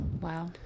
Wow